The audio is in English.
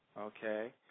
okay